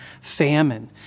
famine